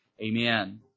Amen